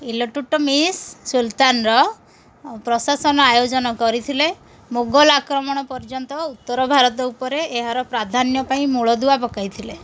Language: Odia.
ଇଲଟୁଟମିଶ ସୁଲତାନର ପ୍ରଶାସନ ଆୟୋଜନ କରିଥିଲେ ମୋଗଲ ଆକ୍ରମଣ ପର୍ଯ୍ୟନ୍ତ ଉତ୍ତର ଭାରତ ଉପରେ ଏହାର ପ୍ରାଧାନ୍ୟ ପାଇଁ ମୂଳଦୁଆ ପକାଇଥିଲେ